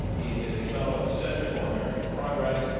he is a fellow at the center for american progress.